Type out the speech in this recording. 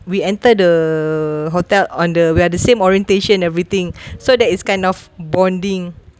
we enter the hotel on the we are the same orientation everything so that is kind of bonding